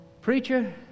Preacher